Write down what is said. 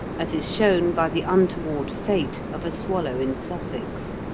as is shown by the untoward fate of a swallow in sussex.